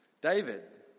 David